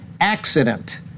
accident